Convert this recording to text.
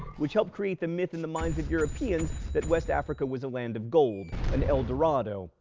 which helped create the myth in the minds of europeans that west africa was a land of gold, an el dorado.